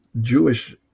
Jewish